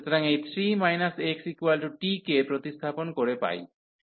সুতরাং এই 3 xt কে প্রতিস্থাপন করে পাই